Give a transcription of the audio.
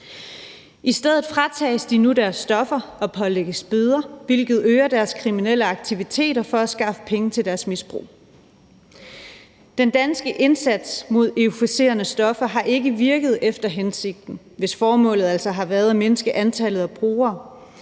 I stedet fratages de nu deres stoffer og pålægges bøder, hvilket øger deres kriminelle aktiviteter for at skaffe penge til deres misbrug. Den danske indsats mod euforiserende stoffer har ikke virket efter hensigten, hvis formålet altså har været at mindske antallet af brugere,